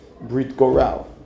Brit-Goral